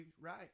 right